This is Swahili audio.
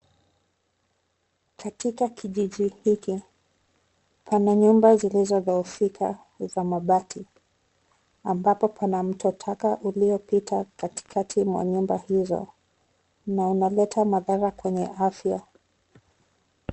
Katika kijiji hiki, pana nyumba zilizodhoofika za mabati ambapo pana mto taka uliopita katikati mwa nyumba hizo na unaleta mandhari kwenye afya.